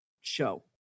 show